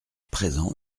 présent